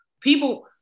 People